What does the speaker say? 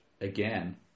again